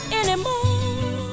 anymore